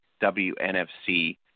WNFC